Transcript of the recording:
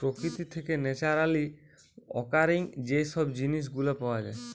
প্রকৃতি থেকে naturally occurring যে সব জিনিস গুলা পাওয়া যায়